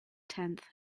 tenth